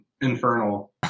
infernal